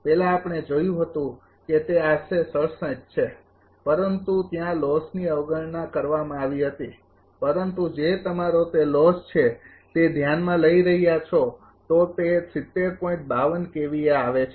પહેલાં આપણે જોયું હતું કે તે આશરે છે પરંતુ ત્યાં લોસની અવગણના કરવામાં આવી હતી પરંતુ જે તમારો તે લોસ છે તે ધ્યાનમાં લઈ રહ્યા છો તો તે આવે છે